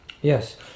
Yes